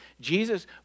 Jesus